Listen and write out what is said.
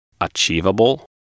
achievable